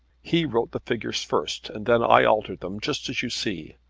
he wrote the figures first and then i altered them, just as you see.